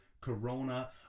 corona